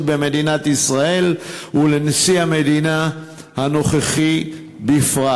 במדינת ישראל ולנשיא המדינה הנוכחי בפרט.